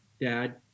dad